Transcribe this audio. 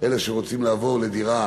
אלה שרוצים לעבור לדירה